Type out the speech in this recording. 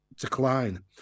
decline